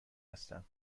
هستم